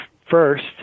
first